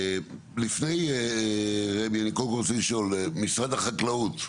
לפני רמ"י אני קודם כל רוצה לשאול משרד החקלאות,